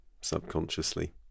subconsciously